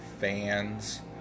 fans